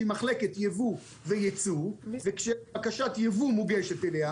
שהיא מחלקת ייבוא וייצוא וכשבקשת ייבוא מוגשת אליה,